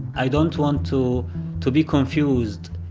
i don't want to to be confused,